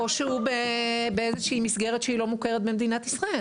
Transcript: או שהוא באיזושהי מסגרת שהיא לא מוכרת במדינת ישראל,